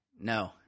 No